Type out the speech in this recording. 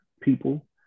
people